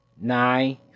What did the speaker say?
nine